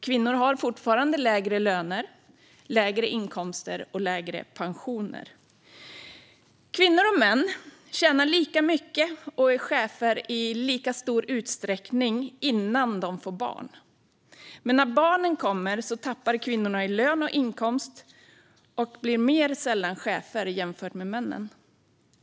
Kvinnor har fortfarande lägre löner, lägre inkomster och lägre pensioner. Kvinnor och män tjänar lika mycket och är chefer i lika stor utsträckning innan de får barn, men när barnen kommer tappar kvinnorna i lön och inkomst och blir mer sällan chefer jämfört med männen.